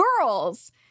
girls